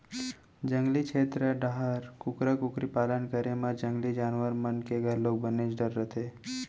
जंगली छेत्र डाहर कुकरा कुकरी पालन करे म जंगली जानवर मन के घलोक बनेच डर रथे